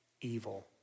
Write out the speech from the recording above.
evil